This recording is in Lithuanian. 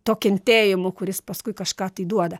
to kentėjimo kuris paskui kažką tai duoda